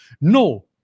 No